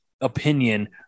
opinion